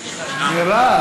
כבוד